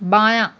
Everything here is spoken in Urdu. بایاں